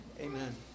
Amen